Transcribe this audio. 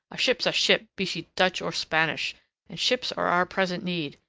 a ship's a ship, be she dutch or spanish, and ships are our present need.